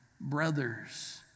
brothers